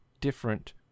different